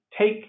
take